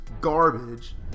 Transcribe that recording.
garbage